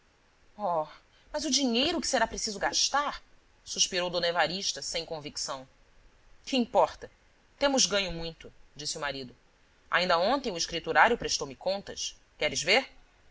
mas o dinheiro que será preciso gastar suspirou d evarista sem convicção que importa temos ganho muito disse o marido ainda ontem o escriturário prestoume contas queres ver